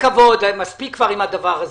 מספיק עם הדבר הזה.